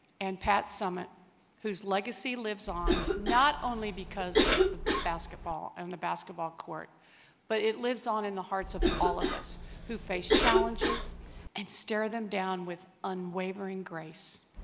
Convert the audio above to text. and pat summitt whose legacy lives on not only because of the basketball on um the basketball court but it lives on in the hearts of all of us who face challenges and stare them down with unwavering grace